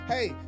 Hey